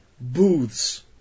booths